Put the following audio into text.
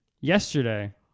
yesterday